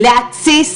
להתסיס,